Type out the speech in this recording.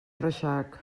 reixac